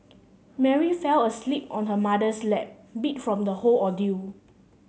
Mary fell asleep on her mother's lap beat from the whole ordeal